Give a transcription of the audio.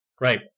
Right